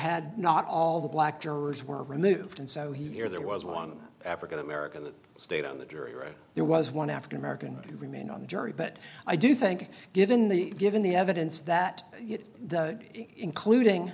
had not all the black jurors were removed and so here there was one african american that stayed on the jury right there was one african american remain on the jury but i do think given the given the evidence that the including